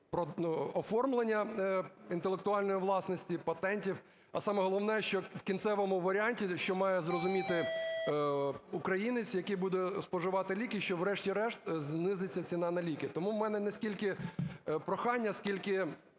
норми оформлення інтелектуальної власності, патентів. А саме головне, що в кінцевому варіанті має зрозуміти українець, який буде споживати ліки, що врешті-решт знизиться ціна на ліки. Тому у мене не скільки прохання, скільки